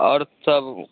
आओर सभ